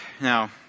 Now